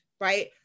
right